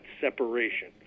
separation